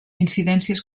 incidències